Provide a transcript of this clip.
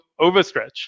overstretch